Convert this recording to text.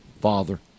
father